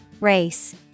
Race